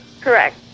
Correct